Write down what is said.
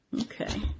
Okay